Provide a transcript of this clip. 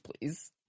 please